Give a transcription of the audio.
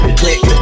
click